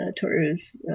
Toru's